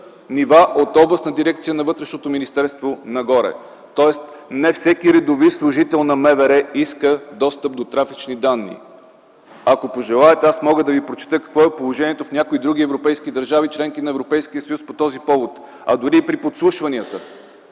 нива от областна дирекция на МВР нагоре. Тоест не всеки редови служител на МВР иска достъп до трафични данни. Ако пожелаете, мога да ви прочета какво е положението в някои други европейски държави – членки на Европейския съюз, по този повод, а дори и при подслушванията.